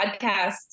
podcast